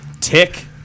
tick